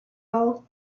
all